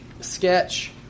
sketch